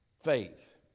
faith